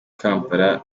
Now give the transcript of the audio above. kampala